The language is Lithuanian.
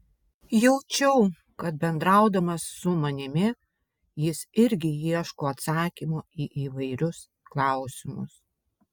jaučiau kad bendraudamas su manimi jis irgi ieško atsakymo į įvairius klausimus